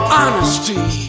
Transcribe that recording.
honesty